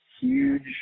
huge